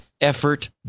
effort